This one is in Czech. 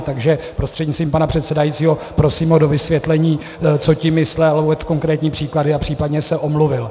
Takže prostřednictvím pana předsedajícího prosím o vysvětlení, co tím myslel, uvedl konkrétní příklady a případně se omluvil.